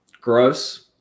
gross